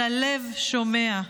אלא לב שומע,